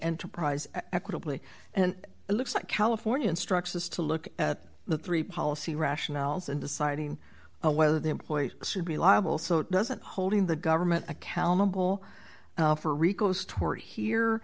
enterprise equitably and it looks like california instructions to look at the three policy rationales in deciding whether the employee should be liable so it doesn't holding the government accountable for rico's tort here